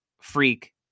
freak